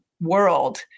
world